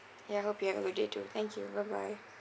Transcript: yeah hope you have a good day too thank you bye bye